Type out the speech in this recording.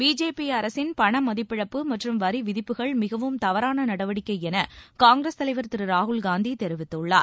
BJP அரசின் பண மதிப்பிழப்பு மற்றும் வரி விதிப்புகள் மிகவும் தவறான நடவடிக்கை என காங்கிரஸ் தலைவர் திரு ராகுல்காந்தி தெரிவித்துள்ளார்